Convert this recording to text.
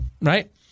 right